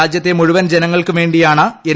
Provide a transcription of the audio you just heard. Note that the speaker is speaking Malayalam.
രാ്ജ്യത്തെ മുഴുവൻ ജനങ്ങൾക്കും വേണ്ടിയാണ് എൻ